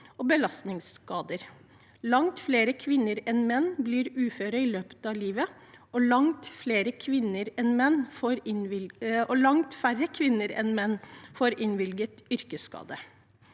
og belastningsskader. Langt flere kvinner enn menn blir uføre i løpet av livet, og langt færre kvinner enn menn får innvilget yrkesskade.